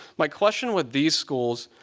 my question with these schools